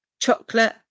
Chocolate